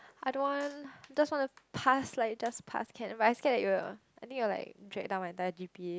I don't want just want to pass like just passed can but I scared it will I think it will like drag down my entire g_p_a